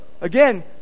again